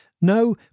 No